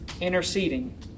interceding